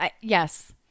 yes